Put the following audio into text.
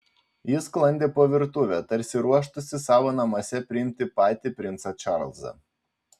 ji sklandė po virtuvę tarsi ruoštųsi savo namuose priimti patį princą čarlzą